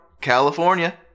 California